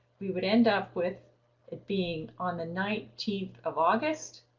we would end up with it being on the nineteenth of august,